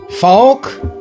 Falk